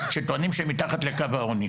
שטוענים שהם מתחת לקו העוני,